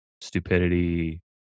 stupidity